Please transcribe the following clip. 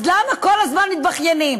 אז למה כל הזמן מתבכיינים?